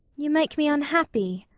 you make me unhappy.